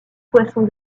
poisson